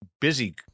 busy